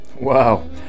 Wow